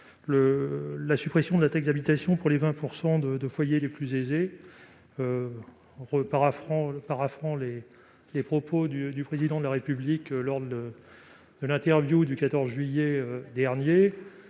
la suppression de la taxe d'habitation pour les 20 % de foyers les plus aisés. Paraphrasant les propos tenus par le Président de la République lors de son interview du 14 juillet dernier,